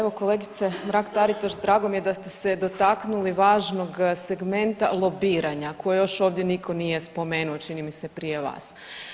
Evo, kolegice Mrak-Taritaš, drago mi je da ste se dotaknuli važnog segmenta lobiranja koje još ovdje nitko nije spomenuo, čini mi se, prije vas.